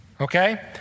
Okay